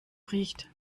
riecht